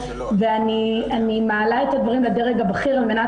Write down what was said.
ואני מעלה את הדברים לדרג הבכיר על מנת